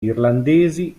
irlandesi